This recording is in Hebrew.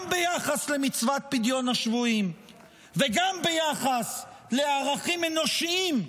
גם ביחס למצוות פדיון השבויים וגם ביחס לערכים אנושיים.